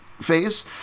phase